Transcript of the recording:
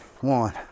One